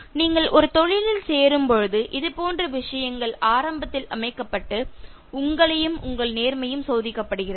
நீங்கள் ஒரு தொழிலில் சேரும்பொழுது இதுபோன்ற விஷயங்கள் ஆரம்பத்தில் அமைக்கப்பட்டு உங்களையும் உங்கள் நேர்மையும் சோதிக்கப்படுகிறது